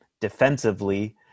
defensively